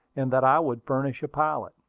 and that i would furnish a pilot.